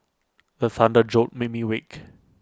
the thunder jolt me awake